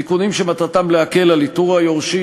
תיקונים שמטרתם להקל על איתור היורשים.